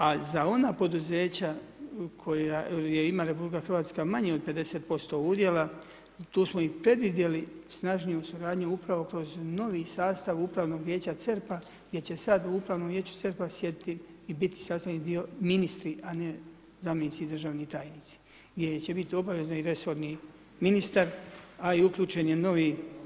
A za ona poduzeća koja ima RH manje od 50% udjela tu smo i predvidjeli snažniju suradnju upravo kroz novi sastav Upravnog vijeća CERP-a gdje će sada u Upravnom vijeću CERP-a sjediti i biti sastavni dio ministri, a ne zamjenici i državni tajnici gdje će biti obavezno i resorni ministar, a i uključen je novi